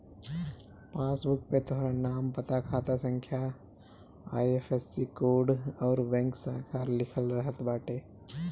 passbook पे तोहार नाम, पता, खाता संख्या, आई.एफ.एस.सी कोड अउरी बैंक शाखा लिखल रहत बाटे